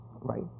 Right